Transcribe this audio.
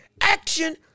Action